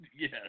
Yes